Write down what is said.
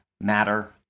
matter